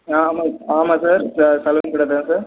ஆமாம் ஆமாம் சார் ச சலூன் கடை தான் சார்